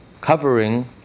covering